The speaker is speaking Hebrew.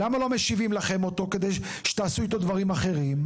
למה לא משיבים לכם אותו כדי שתעשו איתו דברים אחרים?